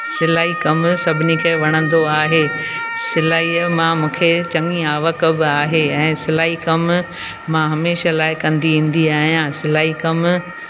सिलाई कमु सभिनी खे वणंदो आहे सिलाईअ मां मूंखे चङी आवक बि आहे ऐंं सिलाई कमु मां हमेशह लाइ कंदी ईंदी आहियां सिलाई कमु